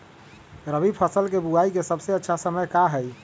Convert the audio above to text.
रबी फसल के बुआई के सबसे अच्छा समय का हई?